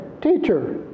Teacher